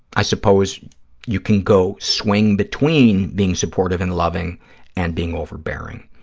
i suppose you can go swing between being supportive and loving and being overbearing.